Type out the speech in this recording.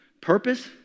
Purpose